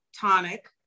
tonic